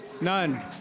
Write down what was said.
None